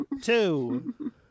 Two